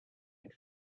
had